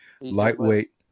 lightweight